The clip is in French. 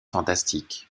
fantastique